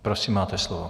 Prosím máte slovo.